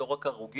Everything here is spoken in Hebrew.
לא רק הרוגים,